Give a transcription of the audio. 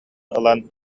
ылан